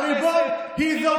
בוא לא נפזר את הכנסת,